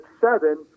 seven